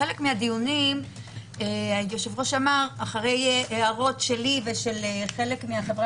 בחלק מהדיונים היושב-ראש אמר אחרי הערות שלי ושל חלק מהחברה